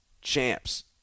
champs